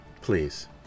Please